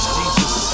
Jesus